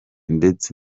ndetse